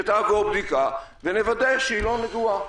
שתעבור בדיקה ונוודא שהיא לא נגועה.